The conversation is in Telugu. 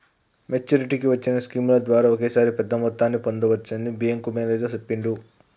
మెచ్చురిటీకి వచ్చిన స్కీముల ద్వారా ఒకేసారి ఎక్కువ మొత్తాన్ని పొందచ్చని బ్యేంకు మేనేజరు చెప్పిండు